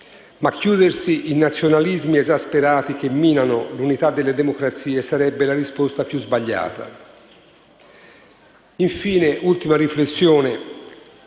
chiudersi in nazionalismi esasperati che minano l'unità delle democrazie sarebbe la risposta più sbagliata.